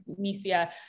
Nisia